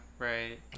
right